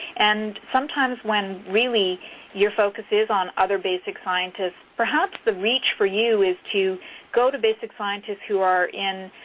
and sometimes when really your focus is on other basic scientists, perhaps the reach for you is to go to basic scientists who are in